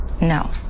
no